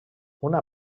una